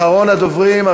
אחרון הדוברים.